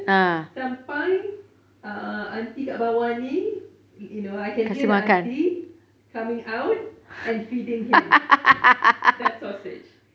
sampai uh auntie kat bawah ni you know I can hear the auntie coming out and feeding him that's sausage